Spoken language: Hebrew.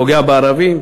פוגע בערבים,